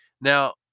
Now